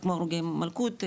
כמו הרוגי מלכות,